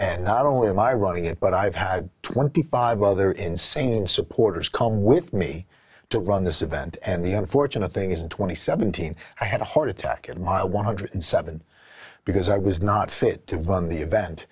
and not only am i running it but i've had twenty five other insane supporters come with me to run this event and the unfortunate thing is i'm two thousand and seventeen i had a heart attack at mile one hundred and seven because i was not fit to run the event